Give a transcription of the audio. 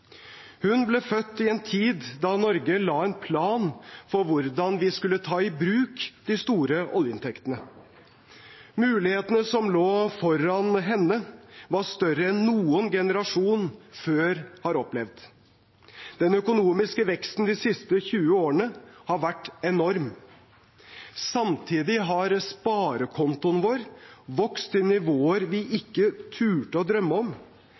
Hun ble født i en tid da Norge la en plan for hvordan vi skulle ta i bruk de store oljeinntektene. Mulighetene som lå foran henne, var større enn noen generasjon før har opplevd. Den økonomiske veksten de siste 20 årene har vært enorm. Samtidig har sparekontoen vår vokst til nivåer vi ikke turte å drømme om.